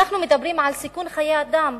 אנחנו מדברים על סיכון חיי אדם.